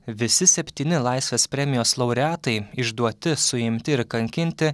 visi septyni laisvės premijos laureatai išduoti suimti ir kankinti